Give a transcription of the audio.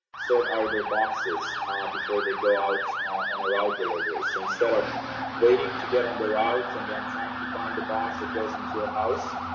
sort out their boxes before they go out on a route delivery. so instead of waiting to get on the route and then trying to find the box that goes into your house,